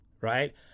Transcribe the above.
right